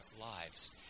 lives